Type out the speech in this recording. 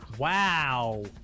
Wow